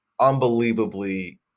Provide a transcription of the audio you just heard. Unbelievably